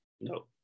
No